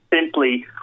simply